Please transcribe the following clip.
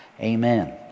Amen